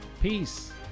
Peace